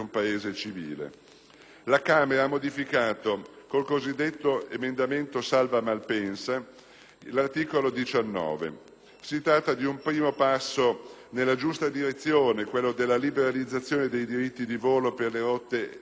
La Camera ha modificato col cosiddetto emendamento salva Malpensa l'articolo 19. Si tratta di un primo passo nella giusta direzione: quello della liberalizzazione dei diritti di volo per le rotte intercontinentali,